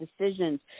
decisions